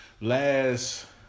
last